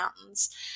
mountains